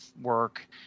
work